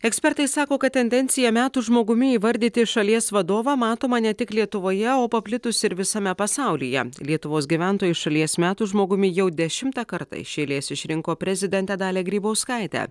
ekspertai sako kad tendencija metų žmogumi įvardyti šalies vadovą matoma ne tik lietuvoje o paplitusi ir visame pasaulyje lietuvos gyventojai šalies metų žmogumi jau dešimtą kartą iš eilės išrinko prezidentę dalią grybauskaitę